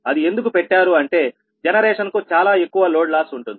అది ఎందుకు పెట్టారు అంటే జనరేషన్ కు చాలా ఎక్కువ లోడ్ లాస్ ఉంటుంది